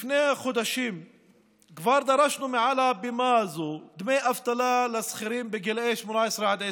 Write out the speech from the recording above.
לפני חודשים כבר דרשנו מעל הבמה הזאת דמי אבטלה לשכירים בגיל 18 עד 20,